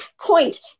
point